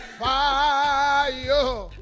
fire